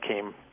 came